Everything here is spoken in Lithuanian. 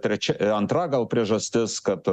trečia antra gal priežastis kad